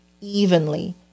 evenly